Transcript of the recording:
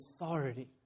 authority